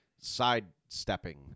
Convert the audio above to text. sidestepping